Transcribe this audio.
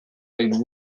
been